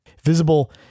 visible